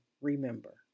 remember